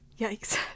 Yikes